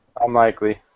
Unlikely